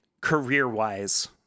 career-wise